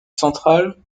central